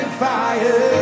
fire